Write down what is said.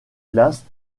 glace